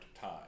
time